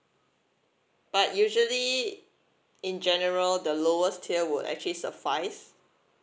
but usually in general the lowest tier would actually suffice